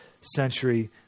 century